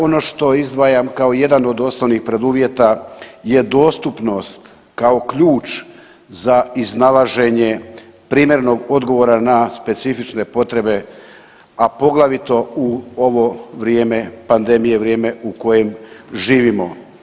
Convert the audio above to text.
Ono što izdvajam kao jedan od osnovnih preduvjeta je dostupnost kao ključ za iznalaženje primjerenog odgovora na specifične potrebe, a poglavito u ovo vrijeme pandemije, vrijeme u kojem živimo.